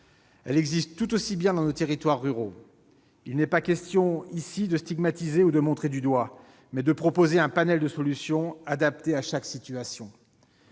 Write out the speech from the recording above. elle existe tout aussi bien dans nos territoires ruraux. Il ne s'agit pas de stigmatiser ou de montrer du doigt, mais de proposer un panel de solutions adaptées à chaque situation.